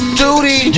duty